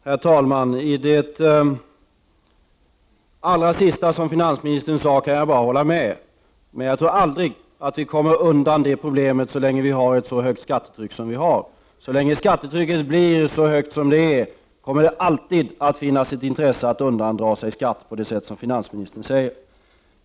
Herr talman! Jag kan bara hålla med om det allra sista finansministern sade, men jag tror inte att vi kommer undan det problemet så länge vi har det höga skattetryck vi nu har. Så länge skattetrycket är så högt som det är kommer det alltid att finnas ett intresse av att undandra sig skatter på det sätt som finansministern beskrev.